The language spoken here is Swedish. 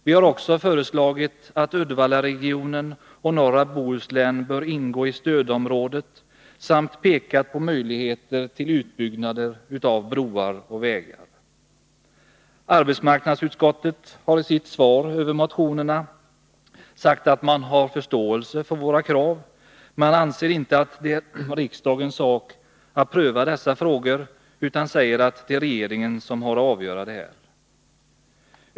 Vi har också föreslagit att Uddevallaregionen och norra Bohuslän bör ingå i stödområdet samt pekat på möjligheter till utbyggnader av broar och vägar. Arbetsmarknadsutskottet har i sitt yttrande över motionerna sagt att man har förståelse för våra krav. Men utskottet anser inte att det är riksdagens sak att pröva dessa frågor utan säger att det är regeringen som har att avgöra detta.